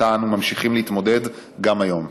שאיתה אנו ממשיכים להתמודד גם היום.